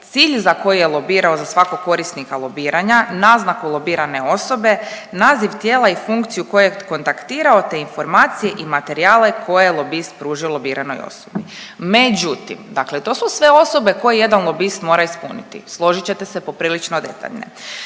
cilj za koji je lobirao za svakog korisnika lobiranja, naznaku lobirane osobe, naziv tijela i funkciju kojeg kontaktirao te informacije i materijale koje lobist pružilo biranoj osobi. Međutim, dakle to su sve osobe koje jedan lobist mora ispuniti. Složit ćete se, poprilično detaljne.